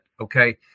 okay